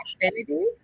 infinity